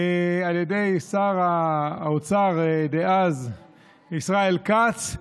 על ידי שר האוצר דאז ישראל כץ,